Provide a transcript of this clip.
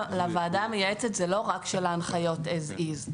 לוועדה המייעצת זה לא רק של ההנחיות as is.